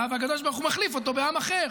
והקדוש ברוך הוא מחליף אותו בעם אחר.